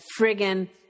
friggin